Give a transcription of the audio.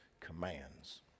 commands